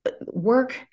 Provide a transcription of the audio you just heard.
work